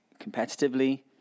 competitively